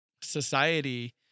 society